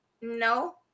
No